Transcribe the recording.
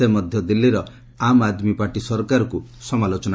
ସେ ମଧ୍ୟ ଦିଲ୍ଲୀର ଆମ୍ ଆଦ୍ମୀ ପାର୍ଟି ସରକାରକୁ ସମାଲୋଚନା କରିଛନ୍ତି